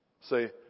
Say